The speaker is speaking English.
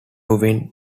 win